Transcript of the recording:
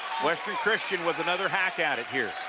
western christian with another hack at it here.